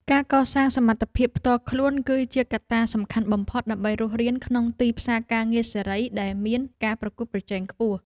ការកសាងសមត្ថភាពផ្ទាល់ខ្លួន គឺជាកត្តាសំខាន់បំផុតដើម្បីរស់រានក្នុងទីផ្សារការងារសេរីដែលមានការប្រកួតប្រជែងខ្ពស់។